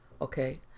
Okay